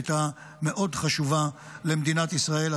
הייתה מאוד חשובה למדינת ישראל,